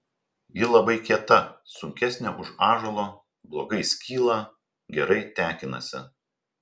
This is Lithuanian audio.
ji labai kieta sunkesnė už ąžuolo blogai skyla gerai tekinasi